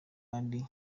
ibindi